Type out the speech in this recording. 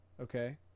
Okay